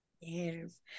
Yes